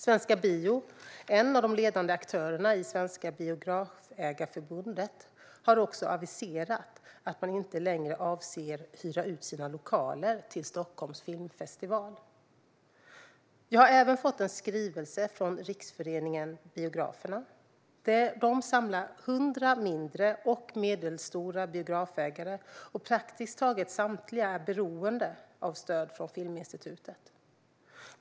Svenska Bio, en av de ledande aktörerna i Sveriges Biografägareförbund, har också aviserat att man inte längre avser att hyra ut sina lokaler till Stockholms filmfestival. Jag har även fått en skrivelse från Riksföreningen Biograferna. De samlar 100 mindre och medelstora biografägare, och praktiskt taget samtliga är beroende av stöd från Filminstitutet.